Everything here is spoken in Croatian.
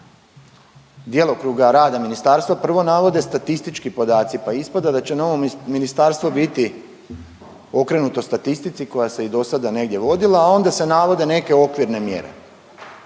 djelokruga rada ministarstva prvo navode statistički podaci pa ispada da će novo ministarstvo biti okrenuto statistici koja se i dosada negdje vodila, a onda se navode neke okvirne mjere.